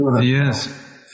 yes